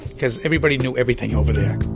because everybody knew everything over there.